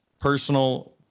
personal